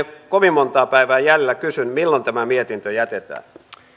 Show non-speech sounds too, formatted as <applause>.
<unintelligible> kovin montaa päivää jäljellä kysyn milloin tämä mietintö jätetään